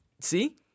See